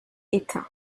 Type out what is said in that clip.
éteint